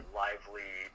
lively